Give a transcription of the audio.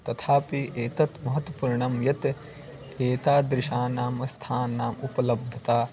तथापि एतत् महत्त्वपूर्णं यत् एतादृशानाम् स्थानानाम् उपलब्धिता